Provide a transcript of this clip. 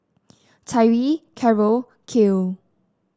Tyree Carroll Kiel